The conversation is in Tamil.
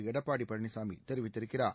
எடப்பாடி பழனிசாமி தெரிவித்திருக்கிறார்